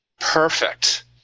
perfect